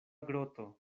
groto